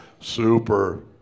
Super